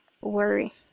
worry